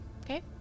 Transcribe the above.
Okay